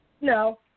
no